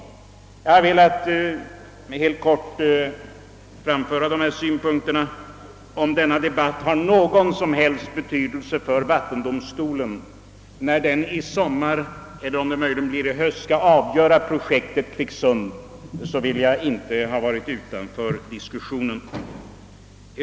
Jag har i all korthet velat framföra dessa synpunkter; om denna debatt har någon som helst betydelse när vattendomstolen i sommar — eller om det möjligen blir i höst — skall fatta beslut om projektet Kvicksund vill jag inte ha stått utanför diskussionen.